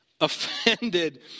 offended